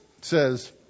says